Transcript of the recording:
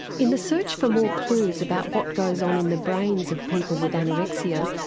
in the search for more clues about what goes on in the brains of people with anorexia,